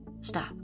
Stop